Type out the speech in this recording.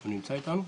הוא נמצא איתנו?